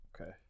Okay